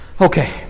Okay